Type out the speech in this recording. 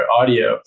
audio